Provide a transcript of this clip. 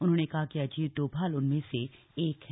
उन्होंने कहा कि अजीत डोभाल उनमें से एक हैं